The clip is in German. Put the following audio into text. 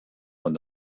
von